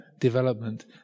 development